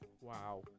Wow